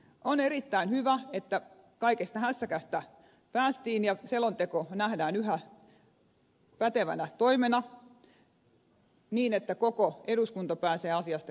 on erittäin hyvä että kaikesta hässäkästä päästiin ja selonteko nähdään yhä pätevänä toimena niin että koko eduskunta pääsee asiasta keskustelemaan